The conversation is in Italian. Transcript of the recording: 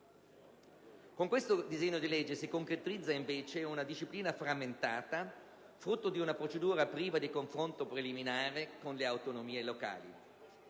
Con questo disegno di legge si concretizza invece una disciplina frammentata, frutto di una procedura priva di confronto preliminare con le autonomie locali.